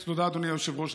תודה, אדוני היושב-ראש.